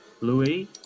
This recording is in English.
Louis